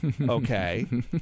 Okay